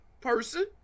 person